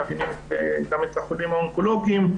שמאפיינים גם את החולים האונקולוגיים.